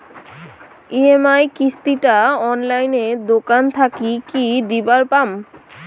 EMI কিস্তি টা অনলাইনে দোকান থাকি কি দিবার পাম?